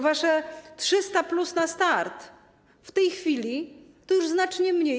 Wasze 300+ na start w tej chwili to już znacznie mniej.